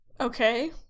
okay